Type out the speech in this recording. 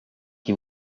qui